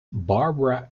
barbara